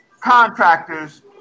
contractors